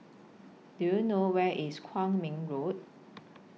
Do YOU know Where IS Kwong Min Road